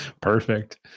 Perfect